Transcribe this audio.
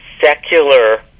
secular